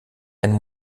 einen